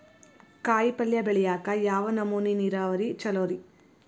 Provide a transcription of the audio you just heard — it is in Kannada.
ಕಾಯಿಪಲ್ಯ ಬೆಳಿಯಾಕ ಯಾವ ನಮೂನಿ ನೇರಾವರಿ ಛಲೋ ರಿ?